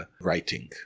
writing